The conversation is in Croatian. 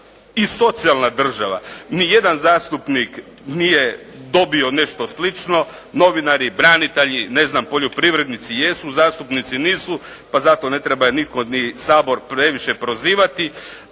i socijalna država. Niti jedan zastupnik nije dobio ništa slično, novinari, branitelji, ne znam, poljoprivrednici jesu, zastupnici nisu, pa zato ne treba nitko ni Sabor previše prozivati,